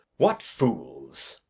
what fools!